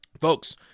Folks